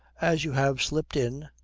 as you have slipped in,